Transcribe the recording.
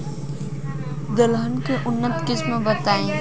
दलहन के उन्नत किस्म बताई?